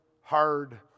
hard